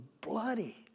bloody